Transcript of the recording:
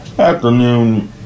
afternoon